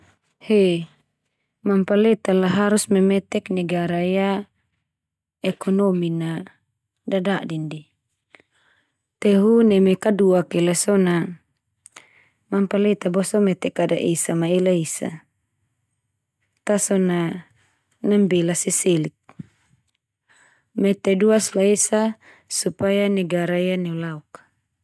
He, mampaleta la harus memetek negara ia ekonomi na dadadin de. Te hu, neme kaduak ia la so na mampaleta boso mete kada esa ma ela esa! Ta so na, nambela seselik. Mete duas la esa supaya negara ia neulauk ka.